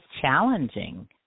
challenging